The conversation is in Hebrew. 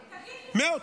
מאות.